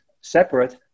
separate